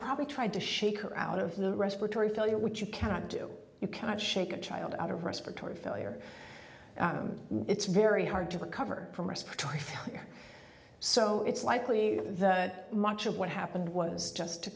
probably tried to shake her out of the respiratory failure which you cannot do you cannot shake a child out of respiratory failure it's very hard to recover from respiratory failure so it's likely that much of what happened was just to